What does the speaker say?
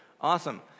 Awesome